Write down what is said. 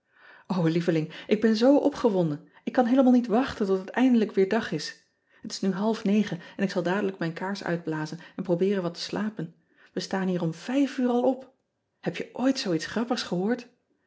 lieveling ik ben zoo opgewonden k kan heelemaal niet wachten tot het eindelijk weer dag is et is nu half negen en ik zal dadelijk mijn kaars uitblazen en probeeren wat te slapen ij staan hier om vijf uur al op eb je ooit zoo iets grappigs gehoord